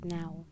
now